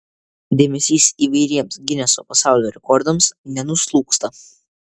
dėmesys įvairiems gineso pasaulio rekordams nenuslūgsta